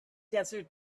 desert